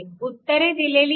उत्तरे दिलेली आहेत